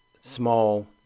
Small